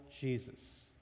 Jesus